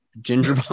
Ginger